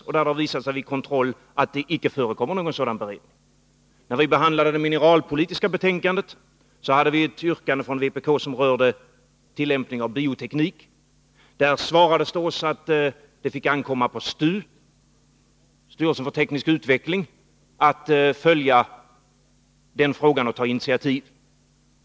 Det har vid kontroll visat sig att det inte förekommer någon sådan beredning. När vi behandlade det mineralpolitiska betänkandet hade vi ett yrkande från vpk rörande tillämpningen av bioteknik. Då svarades det oss att det fick ankomma på STU — styrelsen för teknisk utveckling — att följa den frågan och ta initiativ.